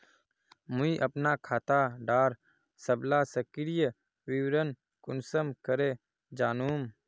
मुई अपना खाता डार सबला सक्रिय विवरण कुंसम करे जानुम?